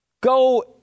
go